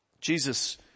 Jesus